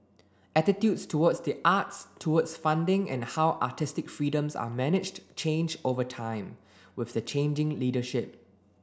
attitudes towards the arts towards funding and how artistic freedoms are managed change over time with the changing leadership